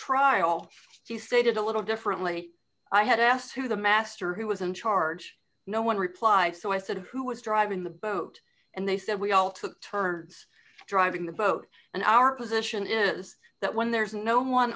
trial he stated a little differently i had asked who the master who was in charge no one replied so i said who was driving the boat and they said we all took turns driving the boat and our position is that when there is no one